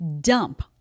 dump